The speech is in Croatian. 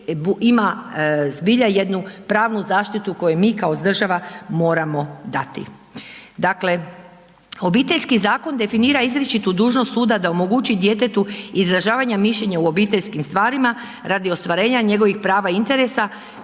ima zbilja jednu pravnu zaštitu koju mi kao država moramo dati. Dakle, Obiteljski zakon definira izričitu dužnost suda da omogući djetetu izražavanje mišljenja u obiteljskim stvarima radi ostvarenja njegovih prava i interesa